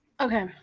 Okay